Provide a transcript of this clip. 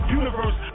universe